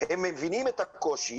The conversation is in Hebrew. הם מבינים את הקושי,